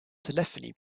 telephony